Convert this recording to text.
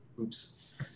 Oops